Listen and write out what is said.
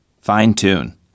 Fine-tune